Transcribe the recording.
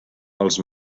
els